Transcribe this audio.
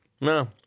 No